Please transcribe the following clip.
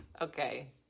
okay